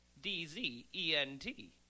D-Z-E-N-T